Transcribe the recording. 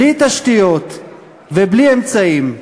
בלי תשתיות ובלי אמצעים.